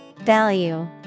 Value